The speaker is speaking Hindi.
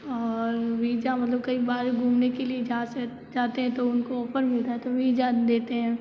और वीजा मतलब कहीं बाहर घूमने के लिए जाते है तो उन को ऑफर मिलता है तो वीजा देते है